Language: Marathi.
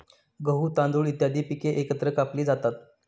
गहू, तांदूळ इत्यादी पिके एकत्र कापली जातात